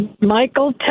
Michael